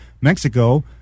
mexico